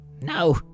no